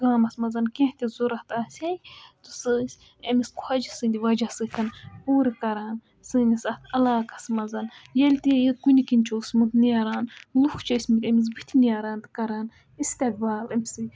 گامَس منٛز کیٚنٛہہ تہِ ضروٗرت آسہِ ہے تہٕ سُہ ٲسۍ أمِس خۄجہِ سٕنٛدِ وَجہ سۭتۍ پوٗرٕ کَران سٲنِس اَتھ علاقَس منٛز ییٚلہِ تہِ یہِ کُنہِ کِنۍ چھُ اوسمُت نیران لوٗکھ چھِ ٲسۍ مٕتۍ أمِس بُتھِ نیران تہٕ کَران اِستٮ۪قبال أمۍسٕے